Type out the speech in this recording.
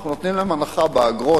אנחנו נותנים להם הנחה באגרות,